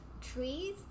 Trees